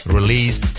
Release